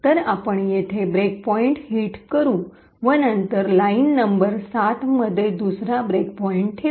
तर आपण येथे ब्रेक पॉईंट हिट करू व नंतर लाइन नंबर ७ मध्ये दुसरा ब्रेक पॉईंट ठेवू